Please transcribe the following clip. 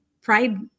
Pride